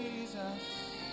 Jesus